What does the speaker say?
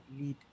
lead